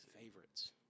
favorites